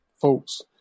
folks